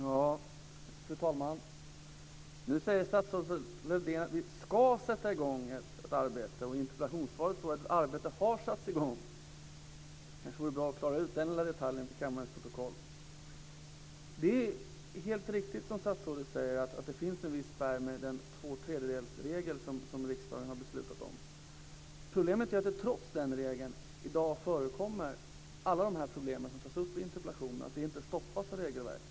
Fru talman! Nu säger statsrådet Lövdén att man ska sätta i gång ett arbete. I interpellationssvaret står det att arbete har satts i gång. Det kanske vore bra att klara ut den lilla detaljen till kammarens protokoll. Det är helt riktigt som statsrådet säger att det finns en viss spärr med den tvåtredjedelsregel som riksdagen har fattat beslut om. Problemet är att alla de problem som tas upp i interpellation trots den regeln i dag förekommer och inte stoppas av regelverket.